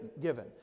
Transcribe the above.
given